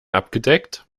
abgedeckt